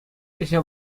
ӗҫе